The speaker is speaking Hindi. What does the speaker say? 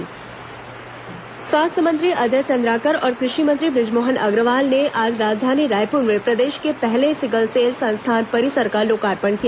सिकलसेल संस्थान लोकार्पण स्वास्थ्य मंत्री अजय चन्द्राकर और कृषि मंत्री बृजमोहन अग्रवाल ने आज राजधानी रायपुर में प्रदेश के पहले सिकलसेल संस्थान परिसर का लोकार्पण किया